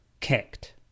kicked